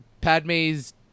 Padme's